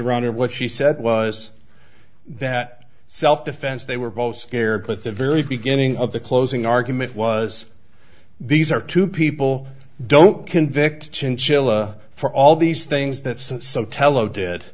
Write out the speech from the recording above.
around or what she said was that self defense they were both scared but the very beginning of the closing argument was these are two people don't convict chinchilla for all these things that